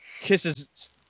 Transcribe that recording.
kisses